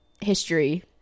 history